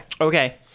Okay